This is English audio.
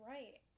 Right